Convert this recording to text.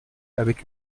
avec